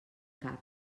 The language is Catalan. cap